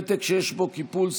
פתק שיש בו קיפול,